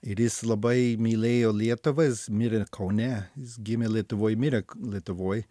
ir jis labai mylėjo lietuvą jis mirė kaune jis gimė lietuvoj mirė lietuvoj